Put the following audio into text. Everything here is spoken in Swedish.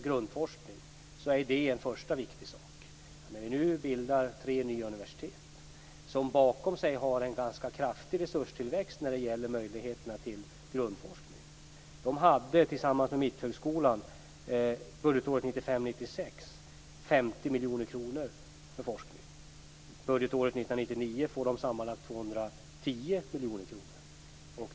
Grundforskning är en första viktig sak när vi nu bildar tre nya universitet som bakom sig har en ganska kraftig resurstillväxt när det gäller möjligheterna till grundforskning. De hade tillsammans med Mitthögskolan 50 miljoner kronor för forskning budgetåret 1995/96. Budgetåret 1999 får de sammanlagt 210 miljoner kronor.